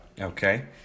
Okay